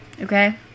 okay